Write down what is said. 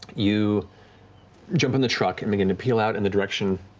you jump in the truck and begin to peel out in the direction,